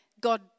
God